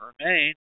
remain